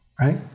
right